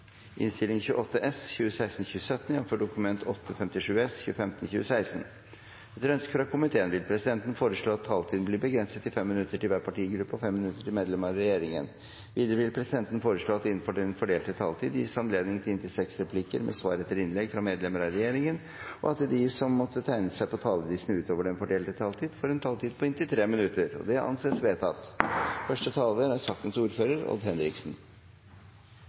vil presidenten foreslå at taletiden blir begrenset til 5 minutter til hver partigruppe og 5 minutter til medlemmer av regjeringen. Videre vil presidenten foreslå at det – innenfor den fordelte taletid – gis anledning til inntil seks replikker med svar etter innlegg fra medlemmer av regjeringen, og at de som måtte tegne seg på talerlisten utover den fordelte taletid, får en taletid på inntil 3 minutter. – Det anses vedtatt. Takk til forslagsstillerne for å ha tatt opp en viktig problemstilling, som jeg føler at alle partier på Stortinget tar på høyeste alvor. Det er